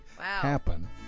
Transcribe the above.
happen